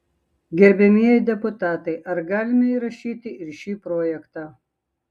gerbiamieji deputatai ar galime įrašyti ir šį projektą